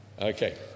Okay